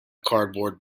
cardboard